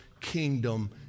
kingdom